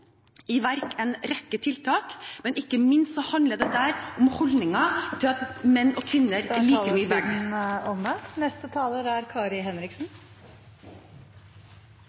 i verk en rekke tiltak. Men dette handler ikke minst om holdninger til at menn og kvinner er like mye